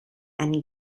and